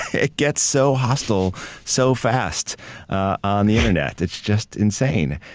it gets so hostile so fast on the internet. it's just insane.